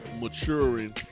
maturing